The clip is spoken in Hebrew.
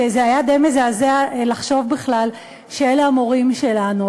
כך שזה היה די מזעזע לחשוב בכלל שאלה המורים שלנו.